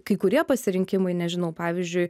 kai kurie pasirinkimai nežinau pavyzdžiui